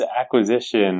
acquisition